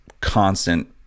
constant